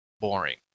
boring